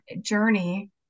journey